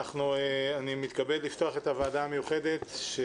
אני מתכבד לפתוח את הישיבה המיוחדת של